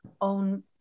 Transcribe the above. own